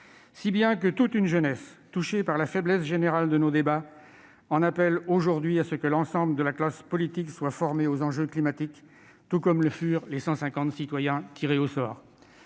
Si bien que toute une jeunesse, touchée par la faiblesse générale de nos débats, appelle aujourd'hui à ce que l'ensemble de la classe politique soit formée aux enjeux climatiques, tout comme le furent les 150 citoyens tirés au sort.